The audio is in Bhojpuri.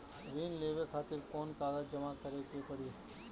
ऋण लेवे खातिर कौन कागज जमा करे के पड़ी?